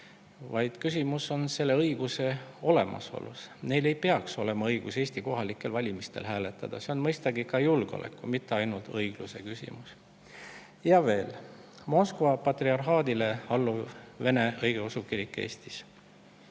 vaid küsimus on selle õiguse olemasolus. Neil ei peaks olema õigust Eesti kohalikel valimistel hääletada, see on mõistagi ka julgeoleku, mitte ainult õigluse küsimus. Ja veel, Moskva patriarhaadile alluv vene õigeusu kirik Eestis.